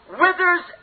withers